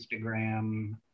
Instagram